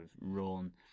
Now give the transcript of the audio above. run